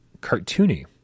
cartoony